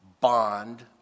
bond